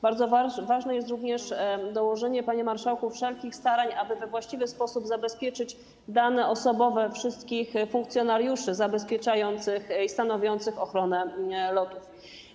Bardzo ważne jest również dołożenie, panie marszałku, wszelkich starań, aby we właściwy sposób zabezpieczyć dane osobowe wszystkich funkcjonariuszy zabezpieczających i stanowiących ochronę lotów.